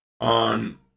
on